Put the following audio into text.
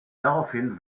daraufhin